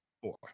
four